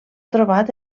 trobat